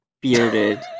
bearded